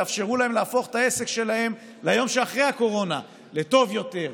תאפשרו להם להפוך את העסק שלהם ליום שאחרי הקורונה לטוב יותר,